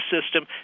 system